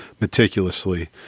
meticulously